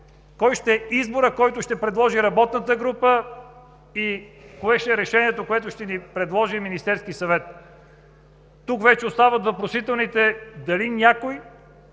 кой ще е изборът, който ще предложи работната група и кое ще е решението, което ще ни предложи Министерският съвет. Тук вече остават въпросителните дали някой